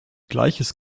gleiches